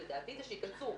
שהם ייכנסו.